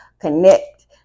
connect